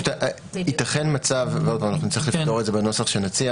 ייתכן מצב נצטרך לפתור את זה בנוסח שנציע